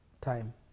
time